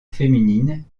féminine